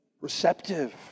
receptive